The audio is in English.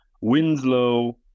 Winslow